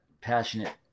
passionate